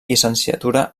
llicenciatura